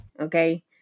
Okay